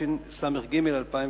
התשס"ג 2002,